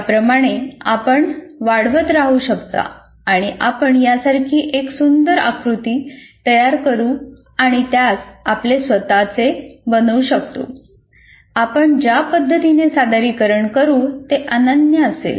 त्याप्रमाणे आपण वाढवत राहू शकता आणि आपण यासारखी एक सुंदर आकृती तयार करू आणि त्यास आपले स्वत चे बनवू शकतो आपण ज्या पद्धतीने सादरीकरण करू ते अनन्य असेल